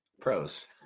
pros